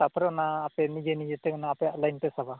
ᱛᱟᱨᱯᱚᱨᱮ ᱚᱱᱟ ᱟᱯᱮ ᱱᱤᱡᱮ ᱱᱤᱡᱮ ᱛᱮ ᱟᱯᱮᱭᱟᱜ ᱞᱟᱭᱤᱱ ᱯᱮ ᱥᱟᱵᱟ